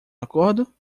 acordo